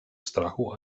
strachu